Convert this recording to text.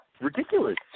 ridiculous